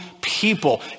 people